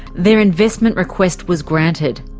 their investment request was granted.